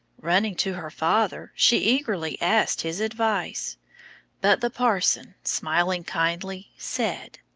running to her father, she eagerly asked his advice but the parson, smiling kindly, said,